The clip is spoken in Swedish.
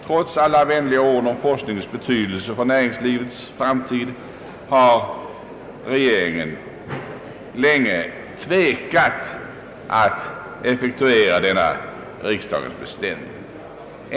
Trots alla vänliga ord om forskningens betydelse för näringslivets framtid har regeringen länge tvekat att effektuera denna riksdagens beställning.